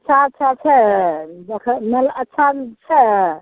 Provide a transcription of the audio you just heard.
अच्छा अच्छा छै देखैमे अच्छा छै